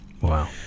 Wow